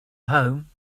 home